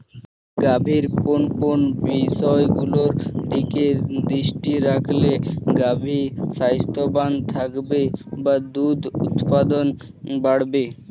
গাভীর কোন কোন বিষয়গুলোর দিকে দৃষ্টি রাখলে গাভী স্বাস্থ্যবান থাকবে বা দুধ উৎপাদন বাড়বে?